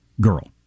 girl